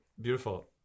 Beautiful